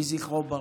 יהי זכרו ברוך.